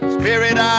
spirit